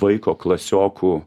vaiko klasiokų